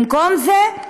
במקום זה,